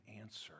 answer